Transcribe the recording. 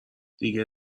دیگه